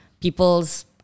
people's